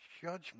judgment